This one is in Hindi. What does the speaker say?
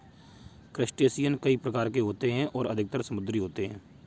क्रस्टेशियन कई प्रकार के होते हैं और अधिकतर समुद्री होते हैं